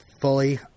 fully